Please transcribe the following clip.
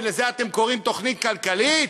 ולזה אתם קוראים תוכנית כלכלית.